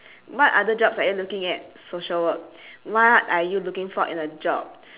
what other jobs are you looking at social work what are you looking for in a job